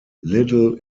little